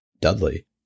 Dudley